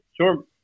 sure